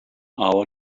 hour